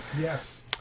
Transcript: Yes